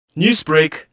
Newsbreak